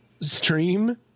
stream